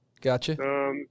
Gotcha